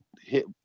hit